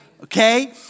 Okay